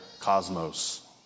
cosmos